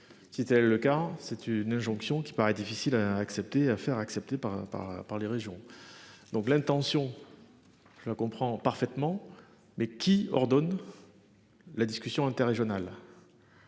Qui était le cas, c'est une injonction qui paraît difficile à accepter, à faire accepter par par par les régions. Donc l'intention. Je la comprends parfaitement mais qui ordonne. La discussion interrégionales.